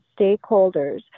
stakeholders